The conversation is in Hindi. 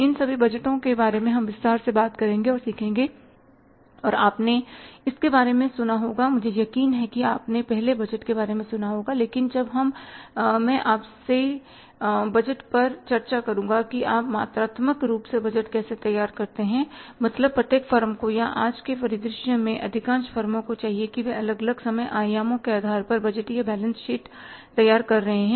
इन सभी बजटों के बारे में हम विस्तार से बात करेंगे और सीखेंगे और आपने इसके बारे में सुना होगा मुझे यकीन है कि आपने पहले बजट के बारे में सुना होगा लेकिन जब हम मैं आपसे बजट पर चर्चा करूँगा कि आप मात्रात्मक रूप से बजट कैसे तैयार करते हैं मतलब प्रत्येक फर्म को या आज के परिदृश्य में अधिकांश फर्मों को चाहिए कि वे अलग अलग समय आयामो के आधार पर बजटीय बैलेंस शीट तैयार कर रहे हैं